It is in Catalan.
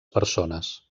persones